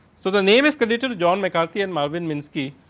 so, the name is credited john mccarthy and marvin minsky,